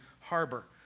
harbor